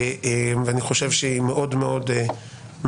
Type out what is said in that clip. ואני חושב שהיא מאוד מאוד חשובה.